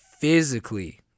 physically